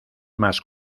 más